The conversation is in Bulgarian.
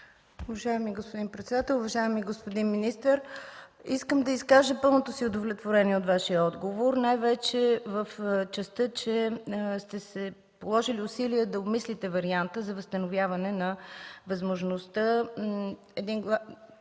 Уважаеми господин председател, уважаеми господин министър! Искам да изкажа пълното си удовлетворение от Вашия отговор най вече в частта, че сте положили усилия да обмислите варианта за възстановяване на възможността